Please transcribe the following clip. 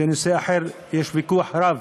אבל זה נושא אחר שיש עליו ויכוח רב.